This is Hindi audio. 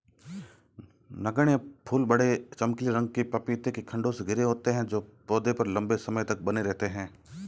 नगण्य फूल बड़े, चमकीले रंग के पपीते के खण्डों से घिरे होते हैं जो पौधे पर लंबे समय तक बने रहते हैं